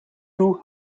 toe